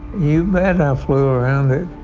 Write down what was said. you bet i flew around it.